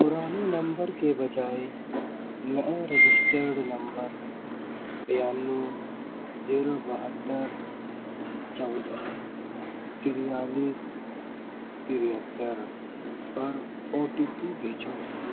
پرانے نمبر کے بجائے نئے رجسٹرڈ نمبر بیانو زیرو بہتر چودہ تریالیس تہتر پر او ٹی پی بھیجو